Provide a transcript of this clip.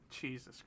Jesus